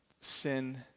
sin